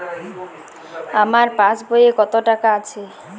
আমার পাসবই এ কত টাকা আছে?